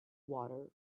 water